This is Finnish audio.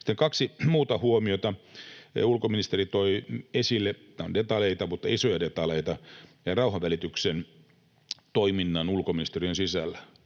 Sitten kaksi muuta huomiota. Ulkoministeri toi esille joitain, detaljeita tosin, mutta isoja detaljeita rauhanvälitystoiminnasta ulkoministeriön sisällä.